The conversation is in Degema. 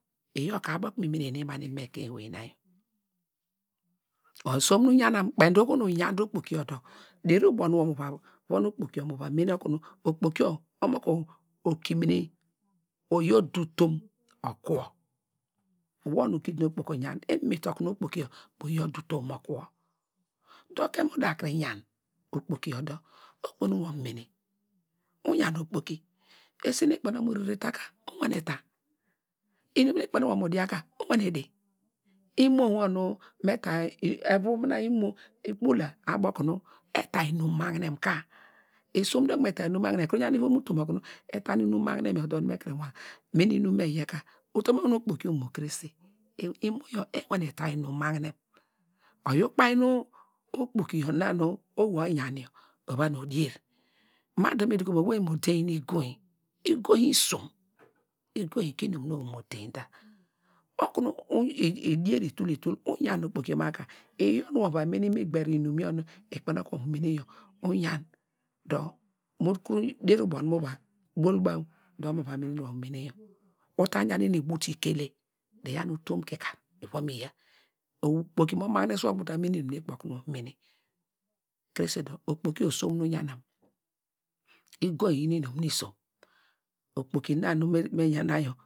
Iyor ka abo okunu mi menene banu mi ivom ekein ewey na yor osom nu yanam kpeiny dor oho nu uyan te okpoki yor dor deri ubo nu mu vun okpoki yor mu va mene nu okpo ki yor omaki okimine oyi odu utum okuwo, wor nu ugidin nuok poki yor uyan ememe tu okunu okpoki yor mor yi odu utum mo kuwo, dor kem uda kuru yan okpoki yor dor okuve ni nu wor mu mene, uyan okpoki esi nu ukpe okunu mu rere ta ka unane ta, inum nu ikpe okunu mu dia ka uwane di, imo wor nu me ta evu mina imo ikpola abo okunu eta inum magnem dor me kuru wan mene inum me tie ka, utom okunu okpoki omo krese imo yor ewane ta inum magnem oyor ukpeiny nu okpoki na nu owei oyan ova nu odier, mu dor me duko ma nu owei odein nu igoiny, igoiny isom igoiny ku inum nu owei mor deiny da okunu edier itul itul, uyan okpoki yor ma ka iyor nu mu va mene imigber inum yor nu ikpen okunu wor mu mene yor uyan dor mu kuru deri ubo nu mu va bol baw dor mu va mene inum nu wor mu mene yor, uta yan te inum nu ibute ikel te dor iyaw nu utom kikar wa nu yia, okpoki mo magne su wor okum wor mu mene, krese dor okpoki yor osom nu yanam, igoiny iyo nu inum nu isom, okpoki na nu eni me yana.